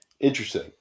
Interesting